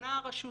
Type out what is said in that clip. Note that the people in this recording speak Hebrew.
פונה הרשות